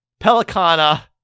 Pelicana